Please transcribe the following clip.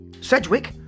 Sedgwick